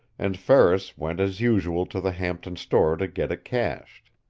and ferris went as usual to the hampton store to get it cashed.